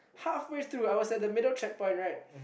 halfway through I was at the middle checkpoint right